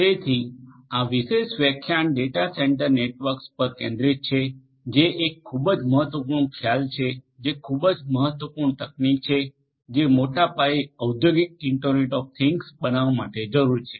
તેથી આ વિશેષ વ્યાખ્યાન ડેટા સેન્ટર નેટવર્ક્સ પર કેન્દ્રિત છે જે એક ખૂબ જ મહત્વપૂર્ણ ખ્યાલ છે જે ખૂબ જ મહત્વપૂર્ણ તકનીક છે જે મોટા પાયે ઔદ્યોગિક ઇન્ટરનેટ ઓફ થિંગ્સ બનાવવા માટે જરૂરી છે